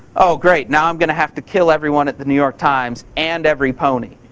oh, great. now i'm gonna have to kill everyone at the new york times and every pony.